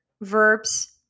verbs